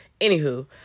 Anywho